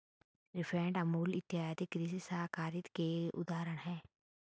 नेफेड, अमूल इत्यादि कृषि सहकारिता के उदाहरण हैं